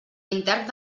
intern